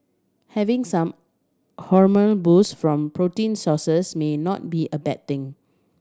having some hormonal boost from protein sources may not be a bad thing